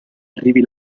arrivi